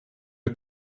der